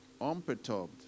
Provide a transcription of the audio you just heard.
unperturbed